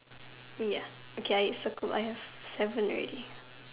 ya okay I circled I have seven already